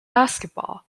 basketball